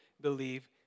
believe